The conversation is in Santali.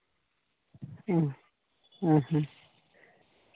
ᱦᱮᱸ ᱦᱮᱸ ᱦᱮᱸ